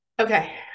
okay